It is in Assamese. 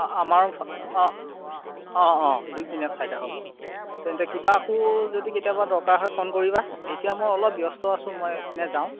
অঁ অঁ আমাৰো অঁ অঁ অঁ দুই পিনে ফাইদা হ'ব তেন্তে কিবা আকৌ যদি কেতিয়াবা দৰকাৰ হয় ফোন কৰিবা এতিয়া মই অলপ ব্যস্ত আছোঁ মই এইপিনে যাওঁ